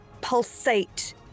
pulsate